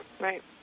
right